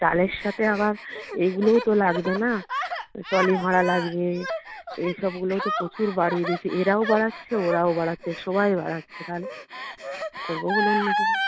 চালের সাথে আবার এগুলোও তো লাগবে না ট্রলি ভাড়া লাগবে এই সবগুলো তো প্রচুর বাড়িয়ে দিয়েছে এরাও বাড়াচ্ছে ওরাও বাড়াচ্ছে সবাই বাড়াচ্ছে তাহলে কি করবো বলুন